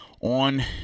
on